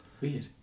Weird